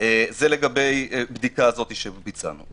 זה לגבי הבדיקה הזאת שביצענו.